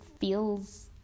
feels